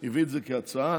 הביא את זה כהצעה